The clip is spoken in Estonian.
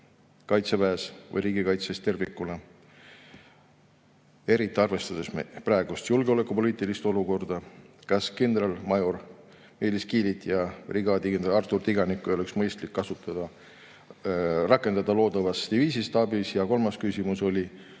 Kaitseväes või riigikaitses tervikuna, eriti arvestades praegust julgeolekupoliitilist olukorda. Kas kindralmajor Meelis Kiilit ja brigaadikindral Artur Tiganikku ei oleks mõistlik rakendada loodavas diviisi staabis? Ja kolmas küsimus oli